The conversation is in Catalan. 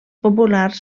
populars